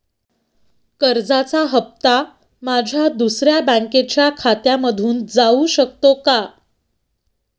कर्जाचा हप्ता माझ्या दुसऱ्या बँकेच्या खात्यामधून जाऊ शकतो का?